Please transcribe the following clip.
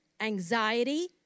anxiety